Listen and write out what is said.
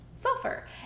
Sulfur